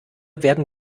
werden